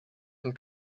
von